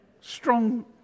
strong